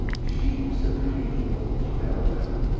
sheaves of hay were piled up,